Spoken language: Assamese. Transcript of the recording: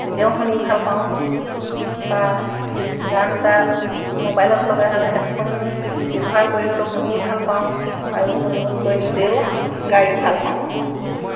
তেতিয়াও শুনি ভাল পাওঁ বা গান এটা মোবাইলত লগাই হেডফোন ব্যৱহাৰ কৰি হ'লেও শুনি ভাল পাওঁ আৰু গুণগুণকৈ নিজেও গায়ো ভাল পাওঁ